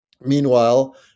meanwhile